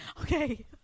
Okay